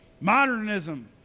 modernism